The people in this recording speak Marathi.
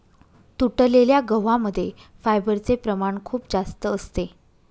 तुटलेल्या गव्हा मध्ये फायबरचे प्रमाण खूप जास्त असते